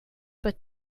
but